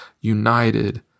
united